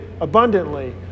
abundantly